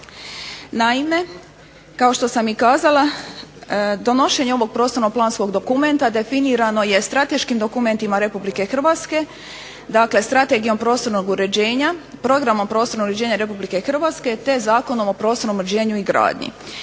Naime, kao što sam i kazala donošenje ovog prostorno planskog dokumenta definirano je strateškim dokumentima RH dakle, Strategijom prostornog uređenja, programa prostornog uređenja RH, te Zakonom o prostornom uređenju i gradnji.